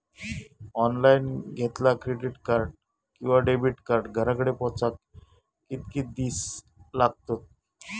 Online घेतला credit card किंवा debit card घराकडे पोचाक कितके दिस लागतत?